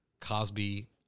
Cosby